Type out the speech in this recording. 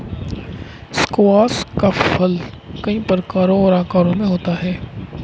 squash का फल कई प्रकारों और आकारों में होता है